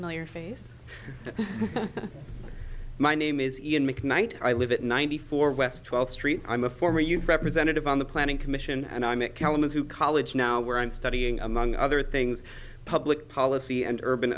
know your face my name is ian mcknight i live at ninety four west twelfth street i'm a former youth representative on the planning commission and i met kalamazoo college now where i'm studying among other things public policy and urban